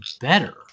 better